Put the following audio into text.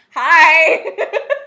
Hi